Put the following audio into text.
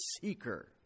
seeker